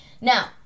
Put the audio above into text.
Now